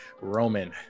Roman